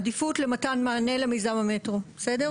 "עדיפות למתן מענה למיזם המטרו", בסדר?